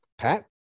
Pat